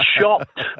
shocked